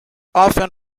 often